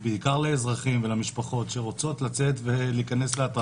זה בעיקר לאזרחים ולמשפחות שרוצות לצאת ולהיכנס לאטרקציות.